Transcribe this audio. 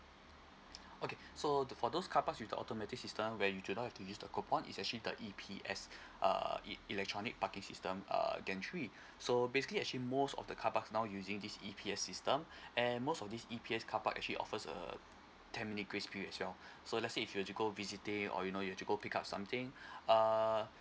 okay so the for those carparks with the automatic system where you do not have to use the coupon is actually the E_P_S uh e electronic parking system uh gantry so basically actually most of the carparks now using this E_P_S system and most of these E_P_S carpark actually offers uh ten minute grace period as well so let's say if you were to go visiting or you know you to go pick up something uh